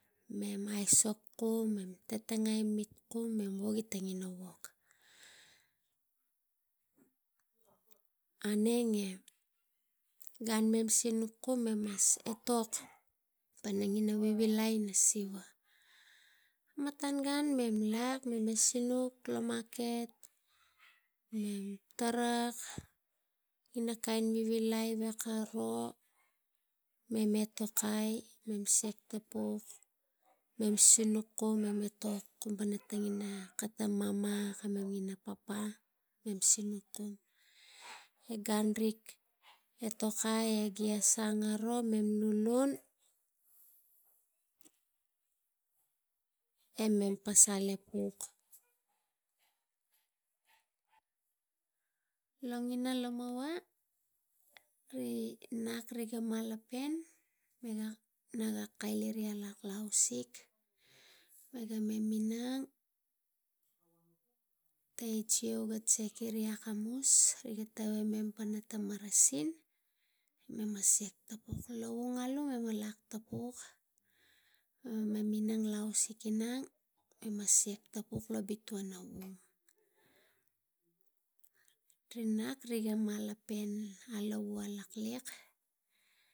Mem aisok kum, tetengai mit kum wogi tang ina wog aneng e gan mem sinuk mem etok pana ina vivilai lo siva. Kama tang gan mem lak sinuk lo maket tarak ina kain vivilai garo, mem etokai, mem siak tapuk, mem sinuk kum e mem koto ngoni kang ta mamana ot, kara po minang gan rik etokai miga me sang aro e mem pasal epuk longina lo mova ri nak riga malapen e naga keili gi inang lo ausik riga me minang tang heo ga check iri kamus ga tavai mem pana marasin e lovung alu mema lak tapuk mem minang e rik inang mema siak tapuk lo lui. Ri nak riga pen alavu alaliek.